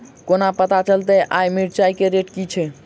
कोना पत्ता चलतै आय मिर्चाय केँ रेट की छै?